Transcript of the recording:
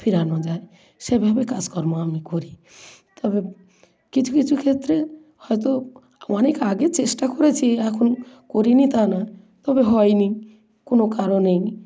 ফেরানো যায় সেভাবে কাজকর্ম আমি করি তারপর কিছু কিছু ক্ষেত্রে হয়তো অনেক আগে চেষ্টা করেছি এখন করি নি তা না তবে হয় নি কোনো কারণে